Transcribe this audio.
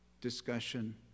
discussion